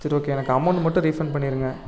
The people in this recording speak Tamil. சரி ஓகே எனக்கு அமௌண்ட் மட்டும் ரீஃபண்ட் பண்ணிடுங்க